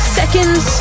seconds